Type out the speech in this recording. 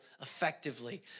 effectively